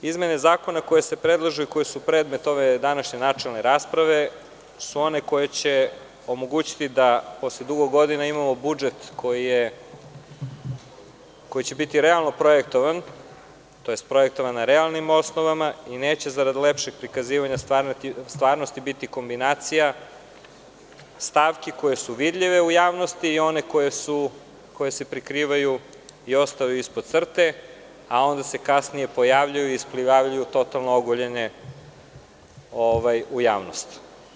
Izmene zakona koje se predlažu i koje su predmet ove današnje načelne rasprave su one koje će omogućiti da posle dugo godina imamo budžet koji će biti realno projektovan, tj. projektovan na realnim osnovama i neće zarad lepšeg prikazivanja stvarnosti biti kombinacija stavki koje su vidljive u javnosti i onih koje se prikrivaju i ostaju ispod crte, a onda se kasnije pojavljuju i isplivavaju totalno ogoljene u javnosti.